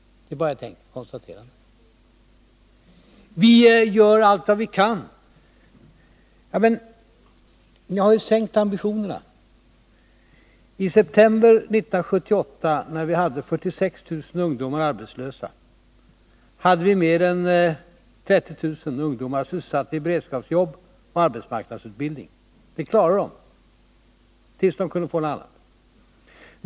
Detta är bara ett enkelt konstaterande. Vi gör allt vad vi kan, säger man. Men ni har ju sänkt ambitionerna. I september 1978, när vi hade 46 000 ungdomar arbetslösa, hade vi mer än 30 000 av dessa ungdomar sysselsatta i beredskapsjobb och arbetsmarknadsutbildning, som klarade dem tills de kunde få någonting annat.